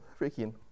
Freaking